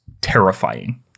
terrifying